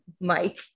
Mike